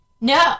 No